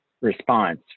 response